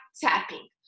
tapping